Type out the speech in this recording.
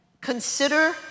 Consider